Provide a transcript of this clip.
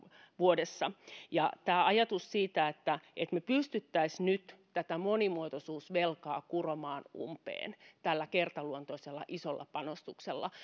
vuodessa tämä ajatus siitä että että me pystyisimme nyt tätä monimuotoisuusvelkaa kuromaan umpeen tällä kertaluontoisella isolla panostuksella